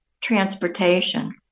transportation